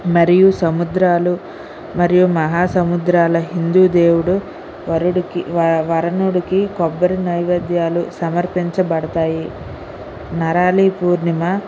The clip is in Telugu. మరియు సముద్రాలు మరియు మహాసముద్రాల హిందూ దేవుడు వరుడుకి వరనుడికి కొబ్బరి నైవేద్యాలు సమర్పించబడతాయి నరాలి పూర్ణిమ